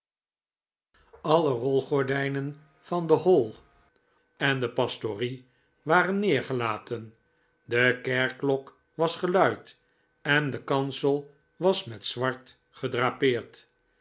alle rolgordijnen van de hall en de pastorie waren neergelaten de kerkklok was geluid en de kansel was met zwart